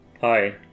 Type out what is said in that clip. Hi